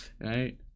Right